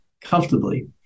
comfortably